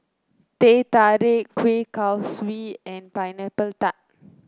Teh Tarik Kuih Kaswi and Pineapple Tart